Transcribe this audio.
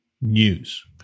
news